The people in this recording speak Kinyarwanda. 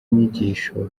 inyigisho